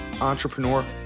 entrepreneur